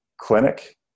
clinic